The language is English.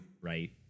right